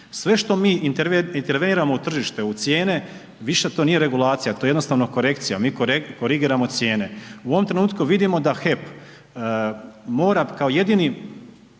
Sve što mi interveniramo u tržište, u cijene, više to nije regulacija, to je jednostavno korekcija, mi korigiramo cijene. U ovom trenutku vidimo da HEP mora kao jedini